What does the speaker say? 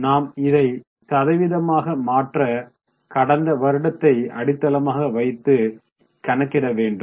நாம் இதை சதவீதமாக மாற்ற கடந்த வருடத்தை அடித்தளமாக வைத்து கணக்கிட வேண்டும்